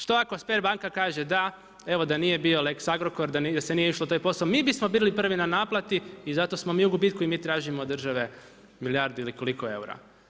Što ako Sberbank kaže da, evo da nije bio Lex Agrokor, da se nije išlo u taj posao, mi bismo bili prvi na naplati i zato smo mi u gubitku i mi tražimo od države milijardu ili koliko eura.